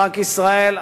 בנק ישראל,